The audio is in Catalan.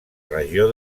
regió